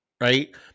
right